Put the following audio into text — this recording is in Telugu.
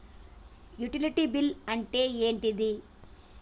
యుటిలిటీ బిల్ అంటే ఏంటిది?